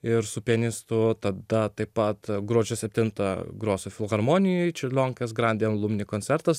ir su pianistu tada taip pat gruodžio septintą grosiu filharmonijoj čiurlionkės grandi alumni koncertas